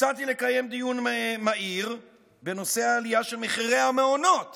הצעתי לקיים דיון מהיר בנושא העלייה של מחירי המעונות